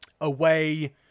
Away